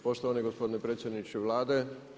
Poštovani gospodine predsjedniče Vlade.